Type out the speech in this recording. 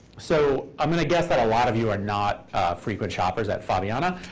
so i'm going to guess that a lot of you are not frequent shoppers at faviana.